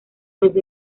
desde